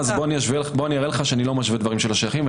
אני אראה לך שאני לא משווה דברים שלא שייכים.